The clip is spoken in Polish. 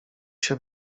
się